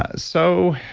ah so,